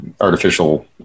artificial